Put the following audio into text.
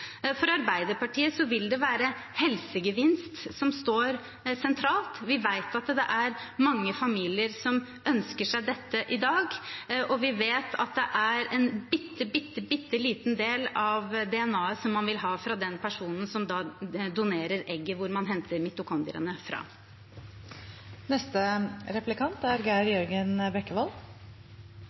For Arbeiderpartiet vil det være helsegevinst som står sentralt. Vi vet at det er mange familier som ønsker seg dette i dag, og vi vet at det er en bitte, bitte liten del av DNA-et man vil ha fra den personen som donerer egget man henter mitokondriene fra. Representanten Moflag pekte i sitt innlegg på at veldig mange av de forslagene som nå er